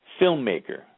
Filmmaker